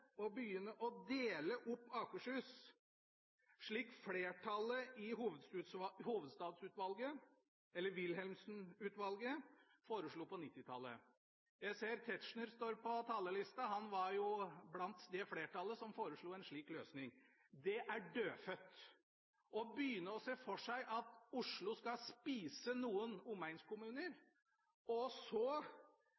å begynne å dele opp Akershus, slik flertallet i Hovedstadsutvalget eller Wilhelmsen-utvalget foreslo på 1990-tallet. Jeg ser representanten Tetzschner står på talerlisten. Han var blant det flertallet som foreslo en slik løsning. Det er dødfødt. Å se for seg at Oslo skal spise noen omegnskommuner,